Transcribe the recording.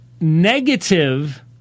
negative